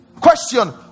Question